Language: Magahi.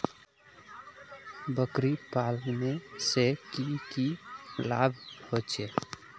बकरी पालने से की की लाभ होचे?